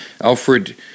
Alfred